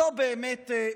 זו באמת חרפה.